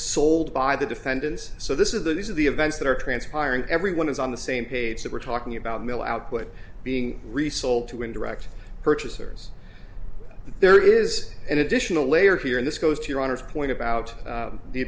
sold by the defendants so this is the this is the events that are transpiring everyone is on the same page that we're talking about mill output being resold to indirect purchasers there is an additional layer here and this goes to your honor's point about